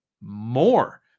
more